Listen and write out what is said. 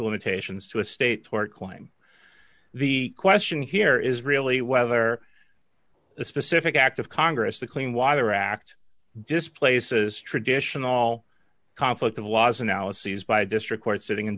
limitations to a state tort claim the question here is really whether the specific act of congress the clean water act displaces traditional conflict of laws analyses by district court sitting